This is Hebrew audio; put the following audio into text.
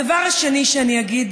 הדבר השני שאני אגיד,